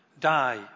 die